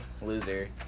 loser